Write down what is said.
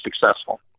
successful